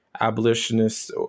abolitionists